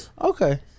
Okay